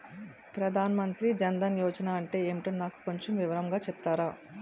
ప్రధాన్ మంత్రి జన్ దన్ యోజన అంటే ఏంటో నాకు కొంచెం వివరంగా చెపుతారా?